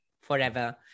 forever